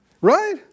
Right